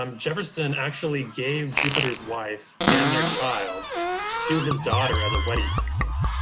um jefferson actually gave jupiter's wife and their child to his daughter as a wedding present.